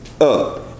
up